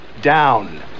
down